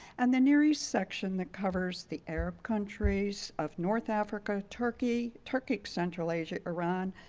and the near east section that covers the arab countries of north africa, turkey, turkic central asia, iran,